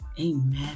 Amen